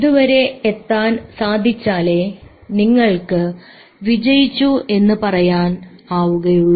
ഇതു വരെ എത്താൻ സാധിച്ചാലേ നിങ്ങൾ വിജയിച്ചു എന്ന് പറയാൻ ആവുകയുള്ളൂ